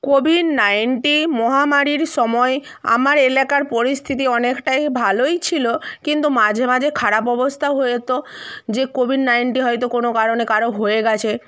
Covid nineteen মহামারির সময় আমার এলাকার পরিস্থিতি অনেকটাই ভালোই ছিলো কিন্তু মাঝে মাঝে খারাপ অবস্তা হয়ে তো যে কোভিড নাইনটি হয়তো কোনো কারণে কারো হয়ে গেছে